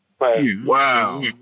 Wow